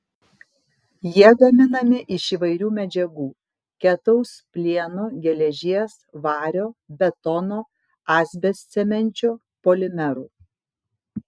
jie gaminami iš įvairių medžiagų ketaus plieno geležies vario betono asbestcemenčio polimerų